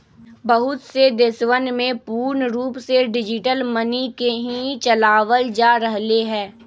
बहुत से देशवन में पूर्ण रूप से डिजिटल मनी के ही चलावल जा रहले है